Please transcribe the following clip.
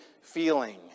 feeling